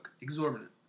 Exorbitant